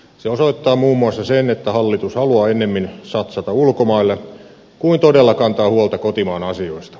se osoittaa muun muassa sen että hallitus haluaa ennemmin satsata ulkomaille kuin todella kantaa huolta kotimaan asioista